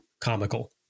comical